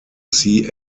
see